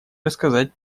рассказать